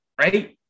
right